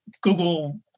Google